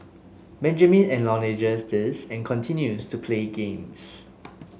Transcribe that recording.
Benjamin acknowledges this and continues to play games